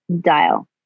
dial